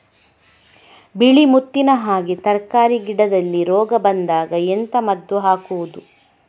ಬಿಳಿ ಮುತ್ತಿನ ಹಾಗೆ ತರ್ಕಾರಿ ಗಿಡದಲ್ಲಿ ರೋಗ ಬಂದಾಗ ಎಂತ ಮದ್ದು ಹಾಕುವುದು?